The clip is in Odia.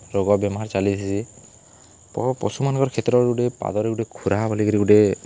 ରୋଗ ବେମାର୍ ଚାଲିଥିସି ପଶୁମାନକର୍ କ୍ଷେତ୍ରରେ ଗୁଟେ ପାଦରେ ଗୁଟେ ଖୁରା ବୋଲିକିରି ଗୁଟେ